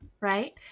right